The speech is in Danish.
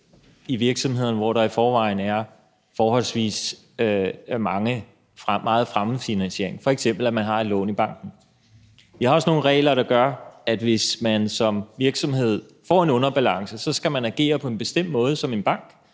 i virksomheden, hvor der i forvejen er forholdsvis meget fremmedfinansiering, f.eks. lån i banken. Vi har også nogle regler, der gør, at man som bank, hvis en virksomhed får en underbalance, skal agere på en bestemt måde, dvs. at man